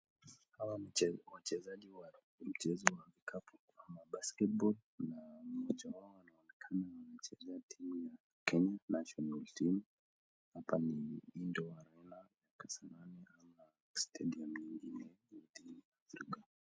Hawa ni wachezaji wa michezo ya vikapu ama basketball na mmoja wao anaonekana na anachezea timu ya Kenya National Team . Hapa ni Indoor Arena Kasarani ama stadium nyingine.